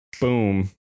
boom